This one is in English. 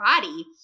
body